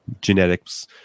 genetics